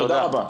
תודה רבה.